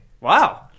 Wow